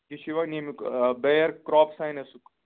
یہِ چھِ یِوان ییٚمیُٚک بیر کرٛاپساینَسُک